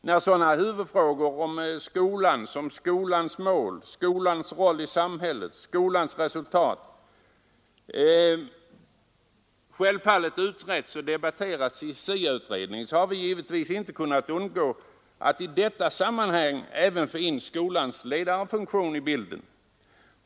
När sådana huvudfrågor beträffande skolan som dess mål, dess roll i samhället och dess resultat självfallet utretts och debatterats i SIA-utredningen, har vi givetvis inte kunnat undgå att i detta sammanhang även få in skolledarnas funktion i bilden.